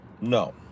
No